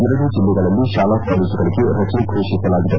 ಎರಡೂ ಜೆಲ್ಲೆಗಳಲ್ಲಿ ತಾಲಾ ಕಾಲೇಜುಗಳಿಗೆ ರಚೆ ಫೋಷಿಸಲಾಗಿದೆ